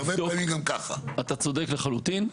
אתה צודק לחלוטין.